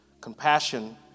Compassion